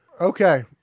Okay